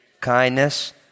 kindness